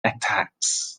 attacks